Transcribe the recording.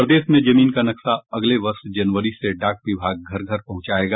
प्रदेश में जमीन का नक्शा अगले वर्ष जनवरी से डाक विभाग घर घर पहुंचायेगा